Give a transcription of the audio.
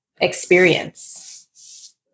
experience